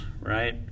right